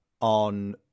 on